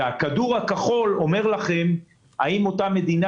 הכדור הכחול מראה לכם האם אותה מדינה